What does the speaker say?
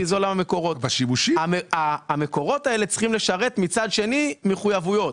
המקורות האלה צריכים לשרת מצד שני מחוייבויות,